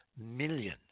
million